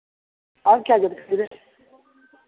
और क्या